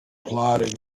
plodding